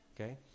Okay